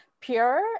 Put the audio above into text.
pure